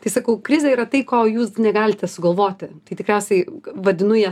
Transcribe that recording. tai sakau krizė yra tai ko jūs negalite sugalvoti tai tikriausiai vadinu ją